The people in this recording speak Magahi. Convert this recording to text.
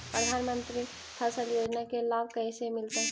प्रधानमंत्री फसल योजना के लाभ कैसे मिलतै?